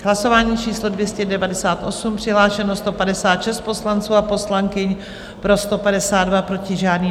Hlasování číslo 298, přihlášeno 156 poslanců a poslankyň, pro 152, proti žádný.